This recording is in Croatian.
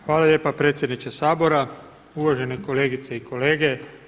Hvala lijepa predsjedniče Sabora, uvaženi kolegice i kolege.